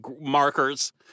markers